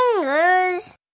fingers